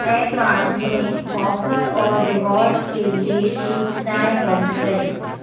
PayPal में offer और reward के लिए सूचनाएँ बंद करें